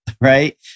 right